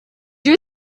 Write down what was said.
you